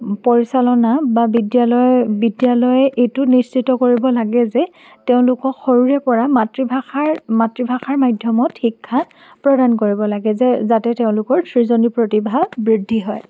পৰিচালনা বা বিদ্যালয় বিদ্যালয় এইটো নিশ্চিত কৰিব লাগে যে তেওঁলোকক সৰুৰে পৰা মাতৃভাষা মাতৃভাষাৰ মাধ্যমত শিক্ষা প্ৰদান কৰিব লাগে যে যাতে তেওঁলোকৰ সৃজনী প্ৰতিভা বৃদ্ধি হয়